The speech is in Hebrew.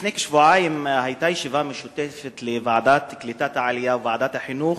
לפני כשבועיים היתה ישיבה משותפת של הוועדה לקליטת העלייה וועדת החינוך